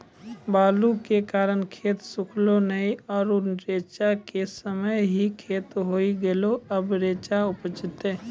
बालू के कारण खेत सुखले नेय आरु रेचा के समय ही खत्म होय गेलै, अबे रेचा उपजते?